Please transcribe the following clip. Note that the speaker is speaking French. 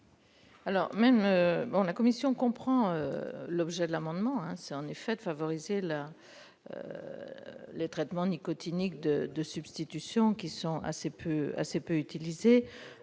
La commission comprend tout à fait l'objet de l'amendement : il s'agit de favoriser les traitements nicotiniques de substitution, qui sont assez peu utilisés.